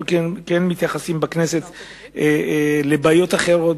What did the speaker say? אנחנו כן מתייחסים בכנסת לבעיות אחרות.